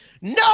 no